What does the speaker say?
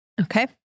Okay